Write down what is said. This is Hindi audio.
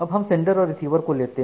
अब हम सेंडर और रिसीवर को लेते हैं